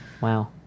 wow